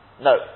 No